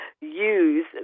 use